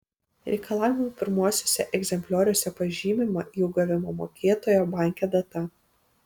reikalavimų pirmuosiuose egzemplioriuose pažymima jų gavimo mokėtojo banke data